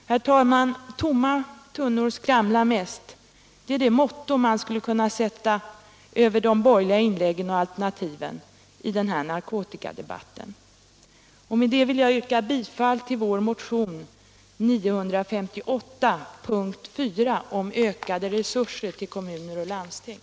Herr talman! ”Tomma tunnor skramlar mest” — det är det motto man skulle kunna sätta över de borgerliga inläggen och alternativen i den här narkotikadebatten. Med det vill jag yrka bifall till vår motion 958, punkten 4, om ökade resurser till kommuner och landsting.